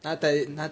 他 Tele~